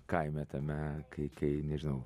kaime tame kai kai nežinau